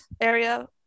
area